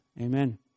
Amen